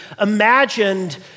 imagined